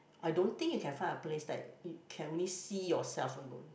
I don't think you can find a place that it can only see yourself alone